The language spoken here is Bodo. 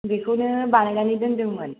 बेखौनो बानायनानै दोन्दोंमोन